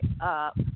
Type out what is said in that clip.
up